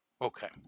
Okay